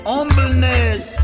Humbleness